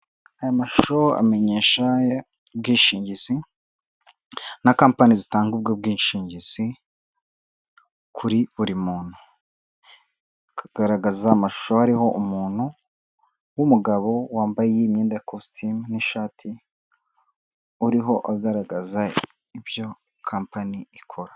Aya mashusho amenyesha ubwishingizi na kampani zitanga ubwo bwishingizi kuri buri muntu, akagaragaza amashusho ariho umuntu w'umugabo wambaye imyenda ya kositimu n'ishati uriho agaragaza ibyo kmpani ikora.